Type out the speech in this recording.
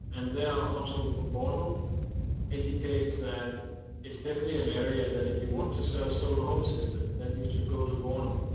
and they are also for borno indicates that it's definitely an area that if you want to sell solar home systems then you should go to borno.